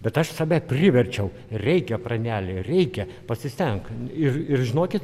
bet aš save priverčiau reikia praneli reikia pasistenk ir ir žinokit